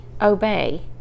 obey